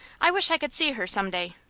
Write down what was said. i wish i could see her some day.